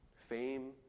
fame